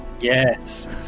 Yes